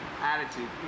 Attitude